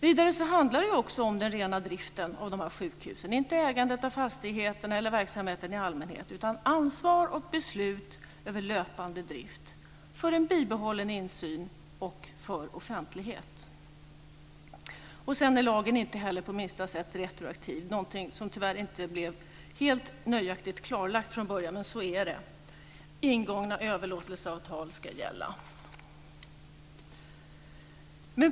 Vidare handlar det om den rena driften av sjukhusen, inte ägandet av fastigheterna eller verksamheten i allmänhet, utan ansvar och beslut över löpande drift för en bibehållen insyn och för offentlighet. Lagen är inte heller på minsta sätt retroaktiv. Någonting som tyvärr inte blev helt nöjaktigt klarlagt från början. Så är det. Ingångna överlåtelseavtal ska gälla.